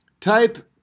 Type